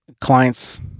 clients